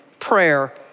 Prayer